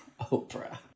Oprah